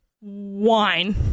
wine